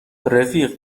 رفیق